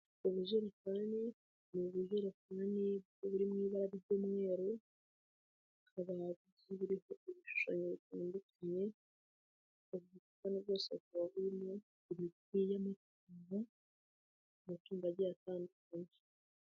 Ubujerikani, ni ubujerikani buri mu ibara ry'umweru hakaba bugiye buriho ibishushanyo bitandukanye ubwo bubuni bwose bukaba burimo imiti y'amatungo amatungo agiye atandukanye.